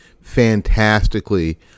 fantastically